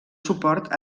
suport